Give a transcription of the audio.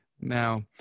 Now